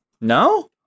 No